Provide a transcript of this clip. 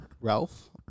Ralph